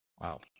Wow